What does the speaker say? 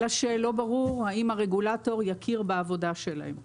אלא שלא ברור האם הרגולטור יכיר בעבודה שלהם.